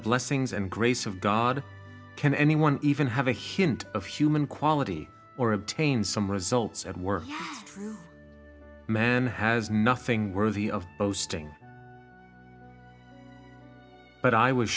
blessings and grace of god can anyone even have a huge and of human quality or obtain some results at work man has nothing worthy of boasting but i was